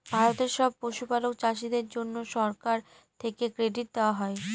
ভারতের সব পশুপালক চাষীদের জন্যে সরকার থেকে ক্রেডিট দেওয়া হয়